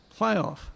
playoff